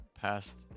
past